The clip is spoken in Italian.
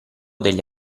degli